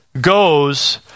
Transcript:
goes